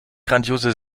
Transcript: grandiose